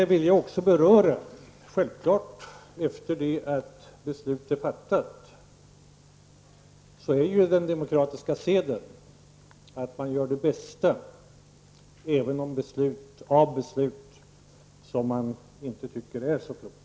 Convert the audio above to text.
Till slut vill även jag säga att när beslutet har fattats är den demokratiska seden att man gör det bästa av även beslut som man inte tycker är så kloka.